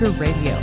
Radio